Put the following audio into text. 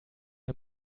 der